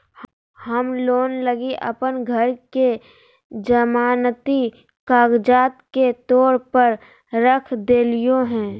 हम लोन लगी अप्पन घर के जमानती कागजात के तौर पर रख देलिओ हें